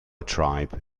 tribe